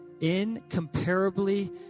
incomparably